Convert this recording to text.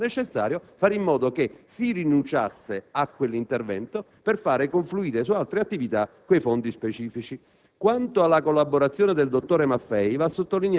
era ancora necessario e, qualora non risultasse necessario, fare in modo che si rinunciasse a quell'intervento per far confluire su altre attività quei fondi specifici.